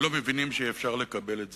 לא מבינים שאי-אפשר לקבל את זה.